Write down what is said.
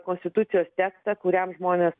konstitucijos tekstą kuriam žmonės